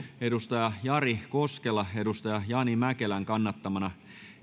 jari koskela jani mäkelän kannattamana